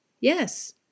yes